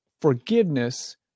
forgiveness